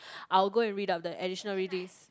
I will go and read out the additional readings